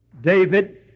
David